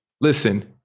Listen